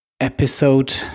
episode